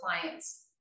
clients